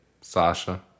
Sasha